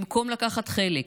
במקום לקחת חלק,